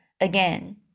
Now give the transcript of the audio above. again